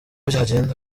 byagenda